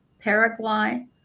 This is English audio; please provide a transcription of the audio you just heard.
Paraguay